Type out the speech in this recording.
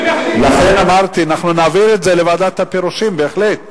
רק אם יש הסכמה של כל סיעות הבית.